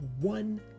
one